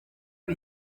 ubu